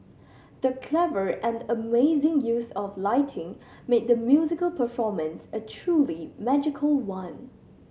the clever and amazing use of lighting made the musical performance a truly magical one